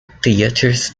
theatres